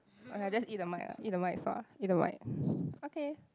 !aiya! just eat the mic ah eat the mic sua eat the mic okay